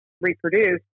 reproduce